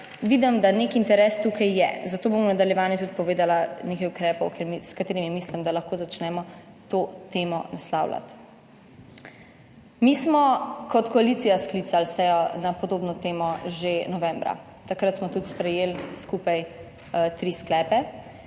- 12.15 (nadaljevanje) zato bom v nadaljevanju tudi povedala nekaj ukrepov, ker s katerimi, mislim, da lahko začnemo to temo naslavljati. Mi smo kot koalicija sklicali sejo na podobno temo že novembra, takrat smo tudi sprejeli skupaj tri sklepe.